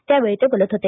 त्यावेळी ते बोलत होते